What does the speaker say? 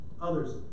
Others